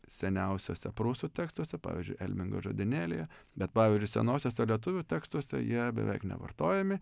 seniausiuose prūsų tekstuose pavyzdžiui elbingo žodynėlyje bet pavyzdžiui senuosiuose lietuvių tekstuose jie beveik nevartojami